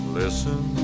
listen